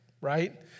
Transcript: right